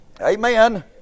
Amen